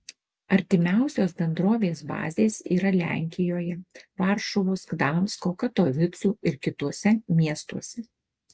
artimiausios bendrovės bazės yra lenkijoje varšuvos gdansko katovicų ir kituose miestuose